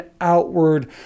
outward